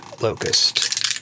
locust